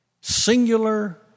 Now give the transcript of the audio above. singular